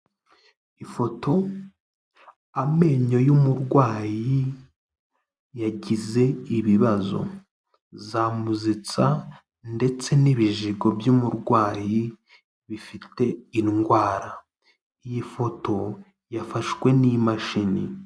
Ifoto, amenyo y'umurwayi yagize ibibazo, za muzitsa ndetse n'ibijigo by'umurwayi bifite indwara, iyi ifoto yafashwe n'imashini.